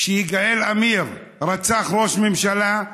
כשיגאל עמיר רצח ראש ממשלה,